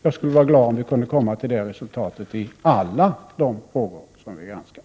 Jag skulle vara glad om vi kunde komma till det resultatet i alla de frågor som vi granskar.